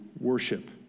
worship